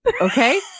okay